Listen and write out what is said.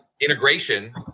integration